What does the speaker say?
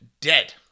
Dead